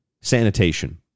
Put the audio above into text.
sanitation